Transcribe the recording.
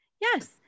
yes